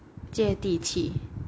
借地气